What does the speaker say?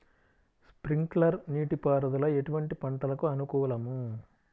Sprinkler నీటిపారుదల ఎటువంటి పంటలకు అనుకూలము?